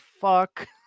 fuck